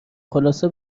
خلاصه